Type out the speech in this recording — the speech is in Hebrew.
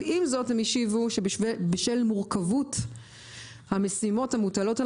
אבל עם זאת הם השיבו שבשל מורכבות המשימות המוטלות על